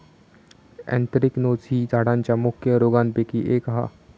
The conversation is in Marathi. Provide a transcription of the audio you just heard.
एन्थ्रेक्नोज ही झाडांच्या मुख्य रोगांपैकी एक हा